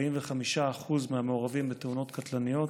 45% מהמעורבים בתאונות קטלניות,